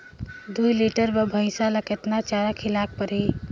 दुई लीटर बार भइंसिया ला कतना चारा खिलाय परही?